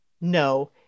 No